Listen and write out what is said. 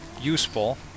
useful